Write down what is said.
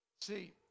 See